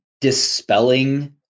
dispelling